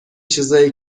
چیزای